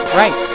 right